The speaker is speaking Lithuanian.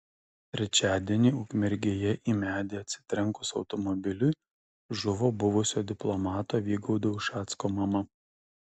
trečiadienį ukmergėje į medį atsitrenkus automobiliui žuvo buvusio diplomato vygaudo ušacko mama